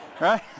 right